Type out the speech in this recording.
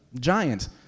giant